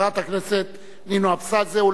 חברת הכנסת נינו אבסדזה,